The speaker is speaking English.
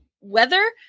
weather